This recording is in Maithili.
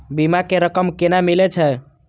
बीमा के रकम केना मिले छै?